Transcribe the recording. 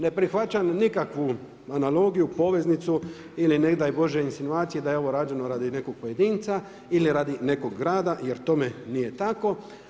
Ne prihvaćam nikakvu analogiju, poveznicu ili ne daj Bože insinuacije da je ovo rađeno radi nekog pojedinca ili nekog grada jer tome nije tako.